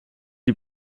die